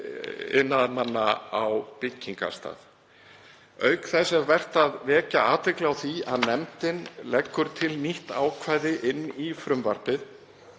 iðnaðarmanna á byggingarstað. Auk þess er vert að vekja athygli á því að nefndin leggur til nýtt ákvæði í frumvarpið